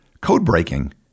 code-breaking